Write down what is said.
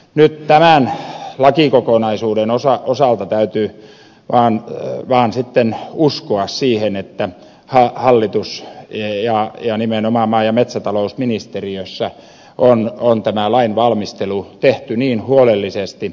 nyt tämän lakikokonaisuuden osalta täytyy vaan sitten uskoa siihen että hallituksessa ja nimenomaan maa ja metsätalousministeriössä on lain valmistelu tehty huolellisesti